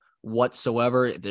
whatsoever